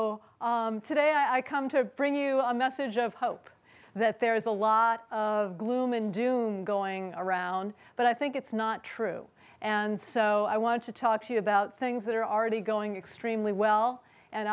much today i come to bring you a message of hope that there is a lot of gloom and doom going around but i think it's not true and so i want to talk to you about things that are already going extremely well and